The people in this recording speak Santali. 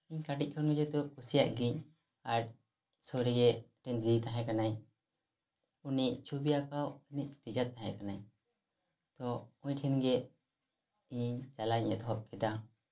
ᱤᱧ ᱠᱟᱹᱴᱤᱡ ᱠᱷᱚᱱᱜᱮ ᱡᱮᱦᱮᱛᱩ ᱠᱩᱥᱤᱭᱟᱜ ᱜᱤᱭᱟᱹᱧ ᱟᱨ ᱥᱩᱨ ᱨᱮᱜᱮ ᱢᱤᱫᱴᱟᱱ ᱫᱤᱫᱤ ᱛᱟᱦᱮᱸ ᱠᱟᱱᱟᱭ ᱩᱱᱤ ᱪᱷᱚᱵᱤ ᱟᱸᱠᱟᱣ ᱨᱤᱱᱤᱡ ᱴᱤᱪᱟᱨ ᱛᱟᱦᱮᱸ ᱠᱟᱱᱟᱭ ᱛᱳ ᱩᱱᱤ ᱴᱷᱮᱱᱜᱮ ᱤᱧ ᱪᱟᱞᱟᱣ ᱤᱧ ᱮᱛᱚᱦᱚᱵ ᱠᱮᱫᱟ